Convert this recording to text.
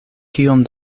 kiom